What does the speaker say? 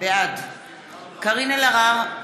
בעד קארין אלהרר,